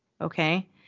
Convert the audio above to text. Okay